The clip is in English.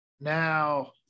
Now